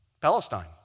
Palestine